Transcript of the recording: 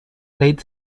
laid